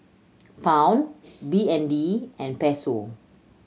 Pound B N D and Peso